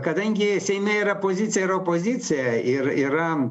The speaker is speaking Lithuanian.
kadangi seime yra pozicija ir opozicija ir yra